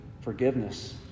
forgiveness